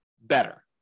better